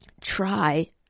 try